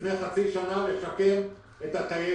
לפני חצי שנה, נשקם את הטיילת.